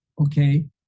Okay